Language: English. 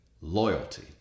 loyalty